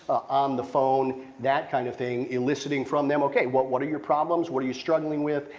on the phone, that kind of thing. eliciting from them, okay, what what are your problems? what are you struggling with?